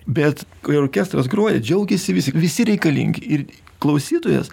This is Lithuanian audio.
bet kai orkestras groja džiaugiasi visi visi reikalingi ir klausytojas